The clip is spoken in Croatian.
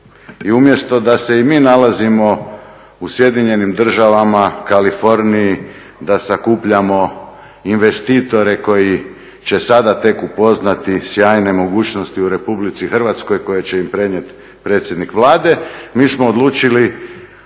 I umjesto da se i mi nalazimo u SAD, Kaliforniji, da sakupljamo investitore koji će sada tek upoznati sjajne mogućnosti u Republici Hrvatskoj koje će im prenijeti predsjednik Vlade mi smo odlučili